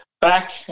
back